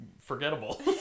forgettable